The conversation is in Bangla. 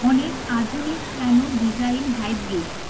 অনেক আধুনিক ক্যানো ডিজাইন হাইব্রিড